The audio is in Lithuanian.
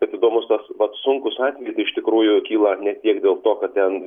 bet įdomus tas vat sunkūs atvejai tai iš tikrųjų kyla ne tiek dėl to kad ten